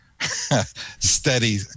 steady